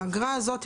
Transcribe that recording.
האגרה הזאת,